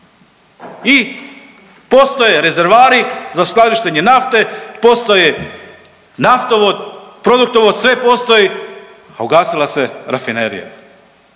I postoje rezervari za skladištenje nafte, postoji naftovod, produktovod, sve postoji a ugasila se rafinerija,